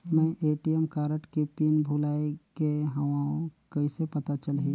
मैं ATM card के PIN भुलाए गे हववं कइसे पता चलही?